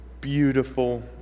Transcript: beautiful